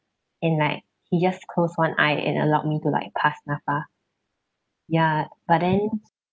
and like he just closed one eye and allowed me to like pass NAPFA ya but then